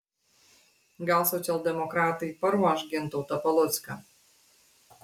gal socialdemokratai paruoš gintautą palucką